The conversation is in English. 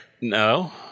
No